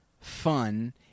fun